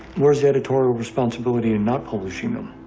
where is the editorial responsibility in not publishing them?